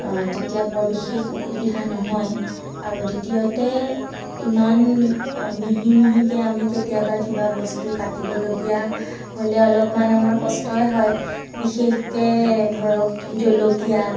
তেতিয়া বৰ বিশেষ অসুবিধা নহয় আৰু দ্বিতীয়তে ইমান মিহি মিহিকৈ আমি কেতিয়াবা কিবা বস্তু কাটিবলগীয়া হ'লে অলপমান আমাৰ কষ্টই হয় বিশেষকৈ ধৰক জলকীয়া